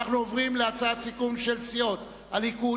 אנו עוברים להצעת הסיכום של סיעות הליכוד,